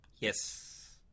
Yes